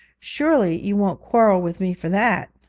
surely you won't quarrel with me for that